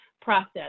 process